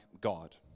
God